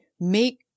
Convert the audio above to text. make